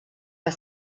the